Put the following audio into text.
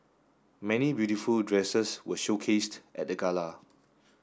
many beautiful dresses were showcased at the gala